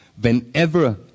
Whenever